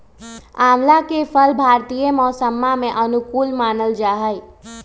आंवला के फल भारतीय मौसम्मा के अनुकूल मानल जाहई